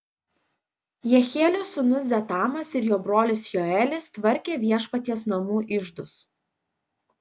jehielio sūnūs zetamas ir jo brolis joelis tvarkė viešpaties namų iždus